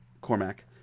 Cormac